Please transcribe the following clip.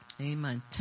Amen